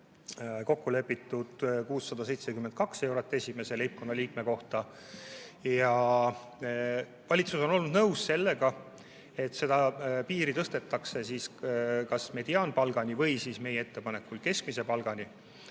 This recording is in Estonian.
kokkulepitud 672 eurot esimese leibkonnaliikme kohta. Valitsus on olnud nõus sellega, et seda piiri tõstetakse kas mediaanpalgani või meie ettepanekul keskmise palgani,